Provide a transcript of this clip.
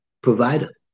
provider